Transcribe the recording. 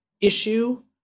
issue